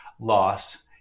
loss